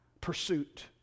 Pursuit